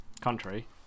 country